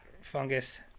fungus